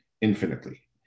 infinitely